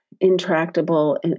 intractable